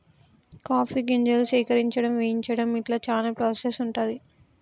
coffee గింజలు సేకరించడం వేయించడం ఇట్లా చానా ప్రాసెస్ ఉంటది